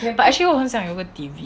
but actually 我很想有个 T_V